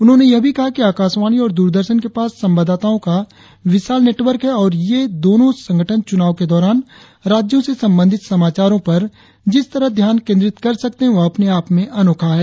उन्होंने यह भी कहा कि आकाशवाणी और द्रदर्शन के पास संवाददाताओं का विशाल नेटवर्क है और ये दोनों संगठन चुनाव के दौरान राज्यों से संबंधित समाचारों पर जिस तरह ध्यान केंद्रित कर सकते हैं वह अपने आप में अनोखा है